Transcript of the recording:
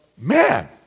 man